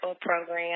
program